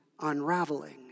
unraveling